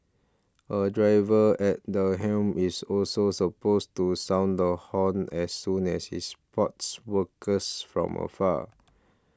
a driver at the helm is also supposed to sound the horn as soon as he spots workers from afar